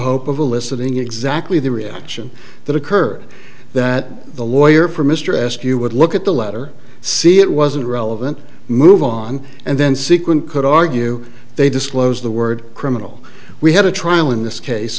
hope of eliciting exactly the reaction that occurred that the lawyer for mr eskew would look at the letter see it wasn't relevant move on and then sequin could argue they disclosed the word criminal we had a trial in this case